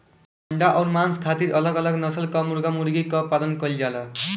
अंडा अउर मांस खातिर अलग अलग नसल कअ मुर्गा मुर्गी कअ पालन कइल जाला